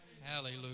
hallelujah